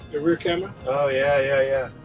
your rear camera. oh yeah, yeah, yeah.